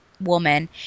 woman